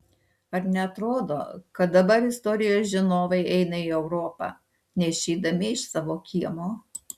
ar neatrodo kad dabar istorijos žinovai eina į europą neišeidami iš savo kiemo